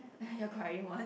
crying one